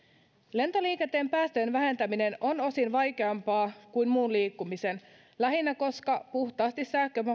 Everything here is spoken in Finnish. lentoliikenteen päästöjen vähentäminen on osin vaikeampaa kuin muun liikkumisen lähinnä koska puhtaasti